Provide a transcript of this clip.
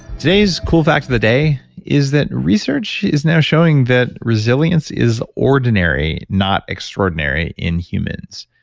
today's cool fact of the day is that research is now showing that resilience is ordinary not extraordinary in humans.